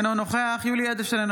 אינו נוכח יולי יואל אדלשטיין,